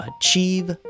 achieve